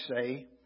say